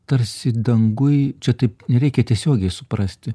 tarsi danguj čia taip nereikia tiesiogiai suprasti